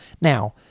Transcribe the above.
Now